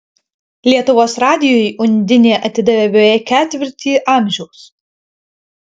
lietuvos radijui undinė atidavė beveik ketvirtį amžiaus